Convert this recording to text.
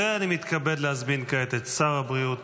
ואני מתכבד להזמין כעת את שר הבריאות